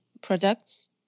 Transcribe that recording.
products